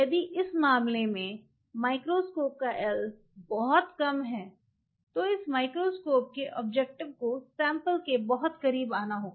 यदि इस मामले में माइक्रोस्कोप का L बहुत कम है तो इस माइक्रोस्कोप के ऑब्जेक्टिव को सैंपल के बहुत करीब आना होगा